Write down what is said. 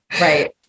Right